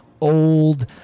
old